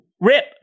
rip